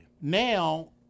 now